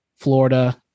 Florida